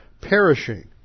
perishing